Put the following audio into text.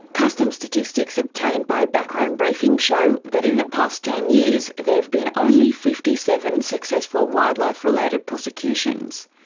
customs statistics obtained by background briefing show that in the past ten years there've been only fifty seven successful wildlife-related prosecutions.